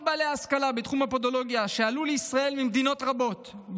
בעלי השכלה בתחום הפודולוגיה שעלו לישראל ממדינות רבות,